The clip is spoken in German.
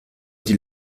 die